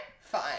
fine